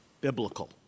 biblical